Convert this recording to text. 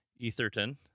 etherton